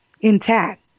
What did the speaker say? intact